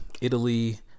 Italy